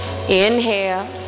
inhale